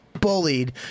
bullied